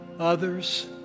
others